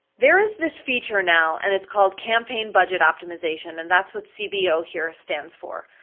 there is this feature now, and it's called campaign budget optimization, and that's what cbo here stands for.